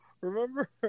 Remember